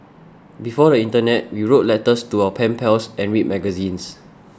before the internet we wrote letters to our pen pals and read magazines